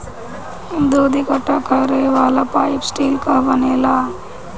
दूध इकट्ठा करे वाला पाइप स्टील कअ बनेला